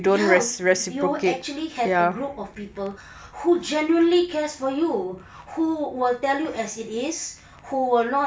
ya you you actually have a group of people who genuinely cares for you who will tell you as it is who will not